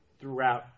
throughout